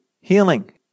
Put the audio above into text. healing